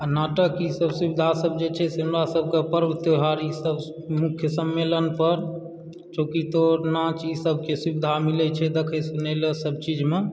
नाटक ईसभ सुविधा ईसभ जे छै से हमरा सभकऽ पर्व त्यौहार ईसभ मुख्य सम्मलेन पर चौकीतोड़ नाच ई सभकेँ सुविधा मिलैत छै देखय सुनय लऽ सभ चीजमे